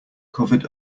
covered